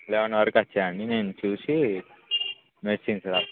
eleven వరకు వచ్చేయండి నేను చూసి మెడిసిన్స్ వ్రాస్తాను